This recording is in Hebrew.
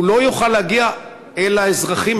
לא יוכל להגיע אל האזרחים,